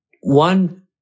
One